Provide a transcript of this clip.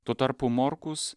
tuo tarpu morkus